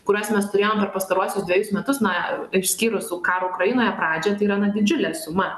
kurias mes turėjom per pastaruosius dvejus metus na išskyrus su karo ukrainoje pradžią tai yra na didžiulė suma